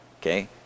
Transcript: okay